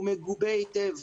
והוא מגובה היטב.